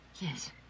Yes